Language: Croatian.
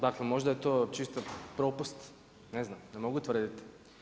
Dakle, možda je to čisto propust, ne znam, ne mogu tvrditi.